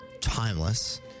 timeless